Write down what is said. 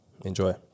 Enjoy